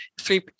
three